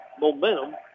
momentum